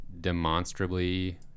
demonstrably